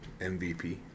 MVP